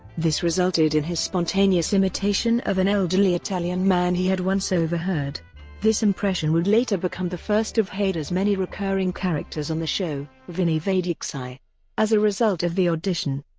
this resulted in his spontaneous imitation of an elderly italian man he had once overheard this impression would later become the first of hader's many recurring characters on the show vinny vedecci. as a result of the audition,